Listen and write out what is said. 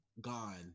gone